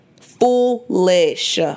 Foolish